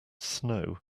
snow